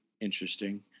interesting